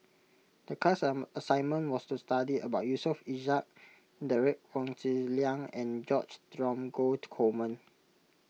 the class assignment was to study about Yusof Ishak Derek Wong Zi Liang and George Dromgold Coleman